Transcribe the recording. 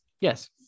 Yes